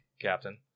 Captain